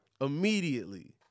Immediately